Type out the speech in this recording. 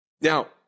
Now